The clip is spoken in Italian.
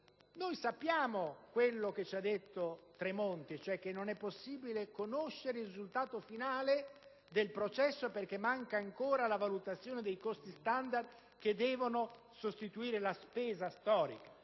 Sappiamo quello che ci ha detto il quest'Aula il ministro Tremonti: non è possibile conoscere il risultato finale del processo, perché manca ancora la valutazione dei costi standard che devono sostituire la spesa storica.